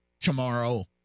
tomorrow